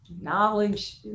knowledge